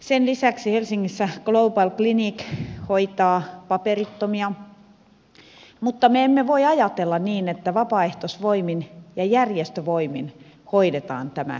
sen lisäksi helsingissä global clinic hoitaa paperittomia mutta me emme voi ajatella niin että vapaaehtoisvoimin ja järjestövoimin hoidetaan tämä kysymys